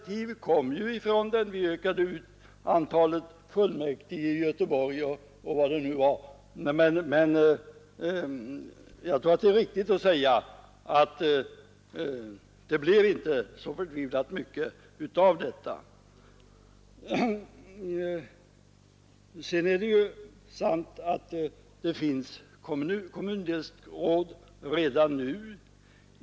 bidrog vi till att öka antalet fullmäktigeledamöter i Göteborg och i någon annan kommun. Jag tror ändå att det är riktigt att säga att det inte blev så stort resultat av detta. Det är sant att det finns kommundelsråd redan nu.